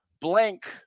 blank